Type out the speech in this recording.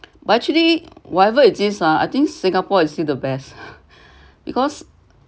but actually whatever it is ah I think singapore is still the best because